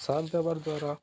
ସାଜ ବବାର ଦ୍ୱାରା